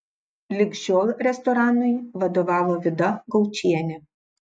lig šiol restoranui vadovavo vida gaučienė